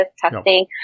testing